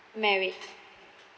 married